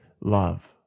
love